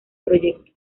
proyecto